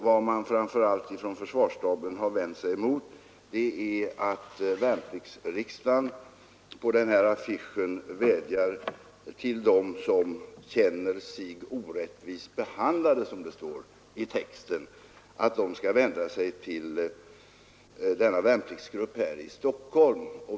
Vad man framför allt från försvarsstaben vände sig mot var att värnpliktsriksdagen på denna affisch riktade sig till dem som känner sig ”orättvist behandlade”, som det står i texten, och uppmanade dem att ta kontakt med denna värnpliktsgrupp i Stockholm.